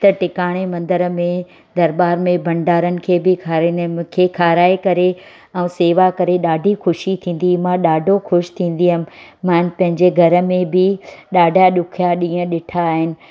त टिकाणे मंदर में दरॿार में भंडारनि खे बि खाराईंदा मूंखे खाराए करे ऐं सेवा करे ॾाढी ख़ुशी थींदी मां ॾाढो ख़ुशि थींदी हुयमि मां पंहिंजे घर में बि ॾाढा ॾुखिया ॾींहं ॾिठा आहिनि